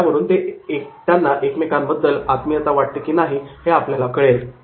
यावरून त्यांना एकमेकांबद्दल आत्मीयता वाटते की नाही हे आपल्याला कळेल